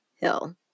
Hill